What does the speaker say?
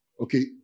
okay